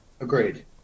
Agreed